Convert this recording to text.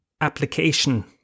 application